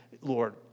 Lord